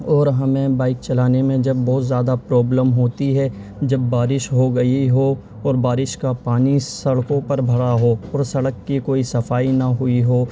اور ہمیں بائک چلانے میں جب بہت زیادہ پرابلم ہوتی ہے جب بارش ہو گئی ہو اور بارش کا پانی سڑکوں پر بھرا ہو اور سڑک کی کوئی صفائی نہ ہوئی ہو